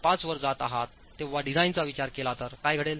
5 वर जात आहात तेव्हा डिझाइनचाविचार केला तर कायघडेल